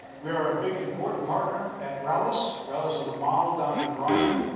we are a big important partner at rellis. rellis is a model down in bryan,